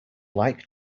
like